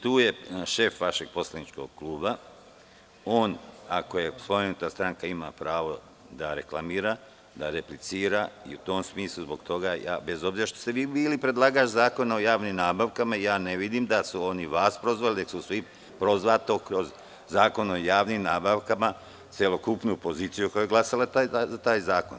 Tu je šef vašeg poslaničkog kluba, on ako je ta stranka ima pravo da reklamira da replicira i u tom smislu zbog toga, bez obzira što ste vi bili predlagač Zakona o javnim nabavkama ja ne vidim da su oni vas prozvali, već je prozvato kroz Zakon o javnim nabavkama celokupnu poziciju koja je glasala za taj zakon.